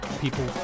People